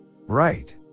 Right